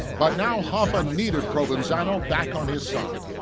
but now, hoffa needed provenzano back on his side.